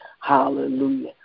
hallelujah